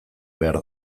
behar